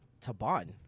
Taban